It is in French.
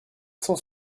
cent